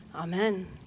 Amen